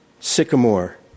Sycamore